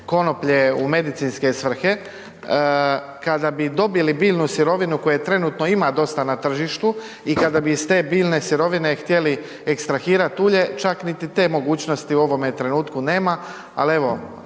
konoplje u medicinske svrhe, kada bi dobili biljnu sirovinu koje trenutno ima dosta na tržištu i kada bi iz te biljne sirovine htjeli ekstrahirat ulje čak niti te mogućnosti u ovome trenutku nema, al evo